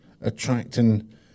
attracting